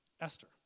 Esther